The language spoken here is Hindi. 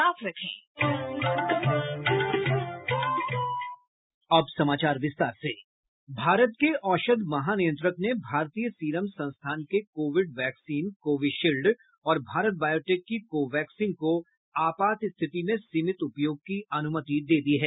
साउंड बाईट भारत के औषध महानियंत्रक ने भारतीय सीरम संस्थान के कोविड वैक्सीन कोविशील्ड और भारत बायोटेक की कोवैक्सीन को आपात स्थिति में सीमित उपयोग की अनुमति दे दी है